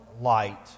light